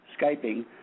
Skyping